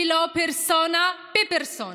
ולא פרסונה בפרסונה,